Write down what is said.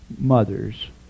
mothers